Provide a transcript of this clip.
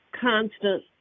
constant